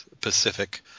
Pacific